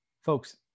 Folks